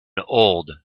old